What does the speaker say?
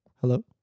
Hello